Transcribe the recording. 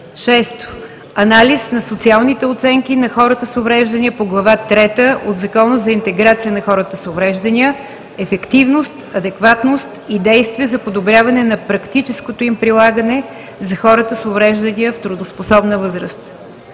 6. Анализ на социалните оценки на хората с увреждания по Глава трета от Закона за интеграция на хората с увреждания – ефективност, адекватност и действия за подобряване на практическото им прилагане за хората с увреждания в трудоспособна възраст.